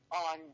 on